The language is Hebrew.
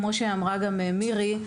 כמו שאמרה מירי,